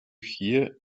here